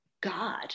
God